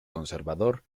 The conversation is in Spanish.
conservador